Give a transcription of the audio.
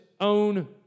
own